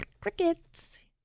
Crickets